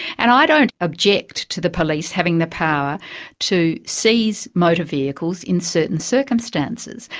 and i don't object to the police having the power to seize motor vehicles in certain circumstances.